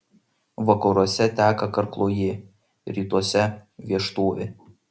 vakaruose teka karkluojė rytuose vieštovė